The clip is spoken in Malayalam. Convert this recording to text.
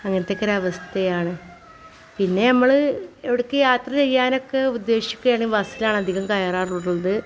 അങ്ങനത്തെ ഒക്കെ ഒരവസ്ഥയാണ് പിന്നെ നമ്മൾ എവിടെക്ക് യാത്ര ചെയ്യാനൊക്കെ ഉദ്ദേശിക്കുകയാണ് ബസ്സിലാണ് അധികം കയറാറുള്ളത്